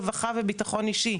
רווחה וביטחון אישי,